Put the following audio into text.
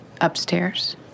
upstairs